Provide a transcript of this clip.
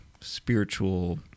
spiritual